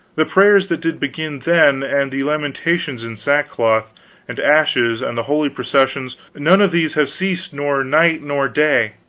the prayers that did begin then, and the lamentations in sackcloth and ashes, and the holy processions, none of these have ceased nor night nor day